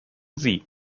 sie